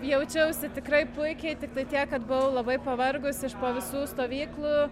jaučiausi tikrai puikiai tiktai tiek kad buvau labai pavargus iš po visų stovyklų